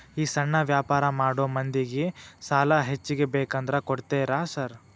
ಈ ಸಣ್ಣ ವ್ಯಾಪಾರ ಮಾಡೋ ಮಂದಿಗೆ ಸಾಲ ಹೆಚ್ಚಿಗಿ ಬೇಕಂದ್ರ ಕೊಡ್ತೇರಾ ಸಾರ್?